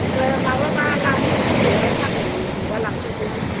माबाबा लांफैनो गोसोबा सानदुं दुंबा लांफैदो